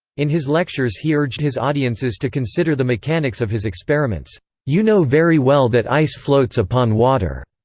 in his lectures he urged his audiences to consider the mechanics of his experiments you know very well that ice floats upon water.